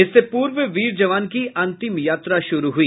इससे पूर्व वीर जवान की अंतिम यात्रा शुरू हुई